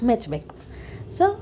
ಮೆಚ್ಚಬೇಕು so